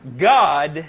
God